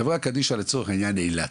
חברה קדישא לצורך העניין מאילת,